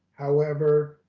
however,